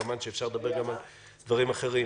כמובן שאפשר לדבר גם על דברים אחרים,